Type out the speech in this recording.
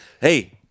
Hey